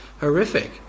horrific